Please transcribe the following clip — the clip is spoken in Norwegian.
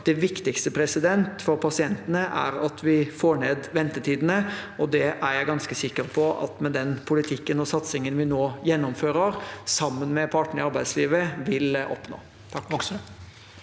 Det viktigste for pasientene er at vi får ned ventetidene, og det er jeg ganske sikker på at vi vil oppnå med den politikken og satsingen vi nå gjennomfører, sammen med partene i arbeidslivet. Bård